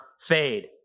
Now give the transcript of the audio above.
fade